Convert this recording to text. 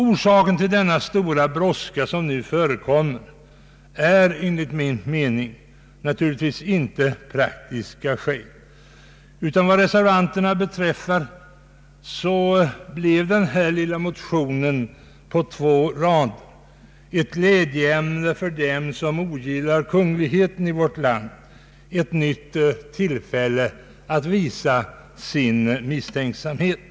Orsaken till den stora brådska som man nu har är enligt min mening naturligtvis inte några praktiska skäl. För reservanternas del blev emellertid denna lilla motion på två rader ett glädjeämne, för dem som ogillar kungligheten i vårt land, ett nytt tillfälle att visa sin misstänksamhet.